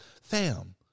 fam